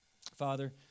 Father